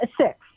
Six